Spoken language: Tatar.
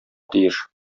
тиеш